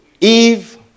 Eve